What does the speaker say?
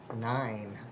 Nine